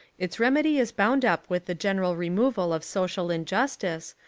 its remedy is bound up with the general removal of social injus tice,